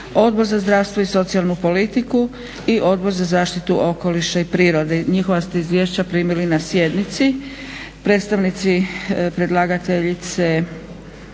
Odbor za zdravstvo i socijalnu politiku i Odbor za zaštitu okoliša i prirode. Njihova ste izvješća primili na sjednici.